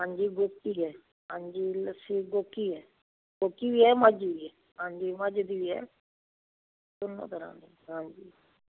ਹਾਂਜੀ ਗੋਕੀ ਹੈ ਹਾਂਜੀ ਲੱਸੀ ਗੋਕੀ ਹੈ ਗੋਕੀ ਵੀ ਹੈ ਮੱਝ ਵੀ ਹੈ ਹਾਂਜੀ ਮੱਝ ਦੀ ਵੀ ਹੈ ਦੋਨੋਂ ਤਰ੍ਹਾਂ ਦੀ ਹਾਂਜੀ